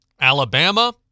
Alabama